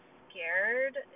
scared